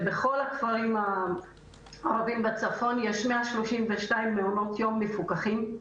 בכל הכפרים הערבים בצפון יש 132 מעונות יום מפוקחים,